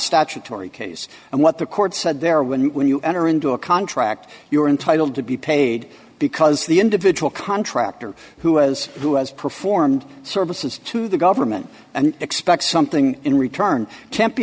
statutory case and what the court said there when when you enter into a contract you are entitled to be paid because the individual contractor who has who has performed services to the government and expects something in return temp